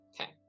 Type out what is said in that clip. Okay